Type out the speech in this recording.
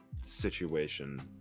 situation